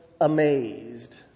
amazed